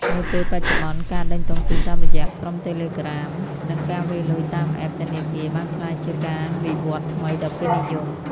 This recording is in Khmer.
នាពេលបច្ចុប្បន្ន ការដេញតុងទីនតាមរយៈក្រុមតេឡេក្រាម (Telegram) និងការវេរលុយតាម App ធនាគារ បានក្លាយជាការវិវត្តថ្មីដ៏ពេញនិយម។